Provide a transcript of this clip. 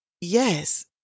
yes